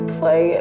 play